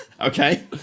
Okay